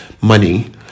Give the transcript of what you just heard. money